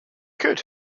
could